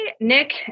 Nick